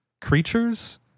creatures